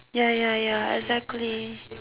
ya ya ya exactly